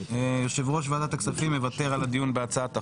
יושב ראש ועדת הכספים מוותר על הדיון בהצעת החוק.